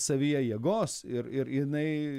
savyje jėgos ir ir jinai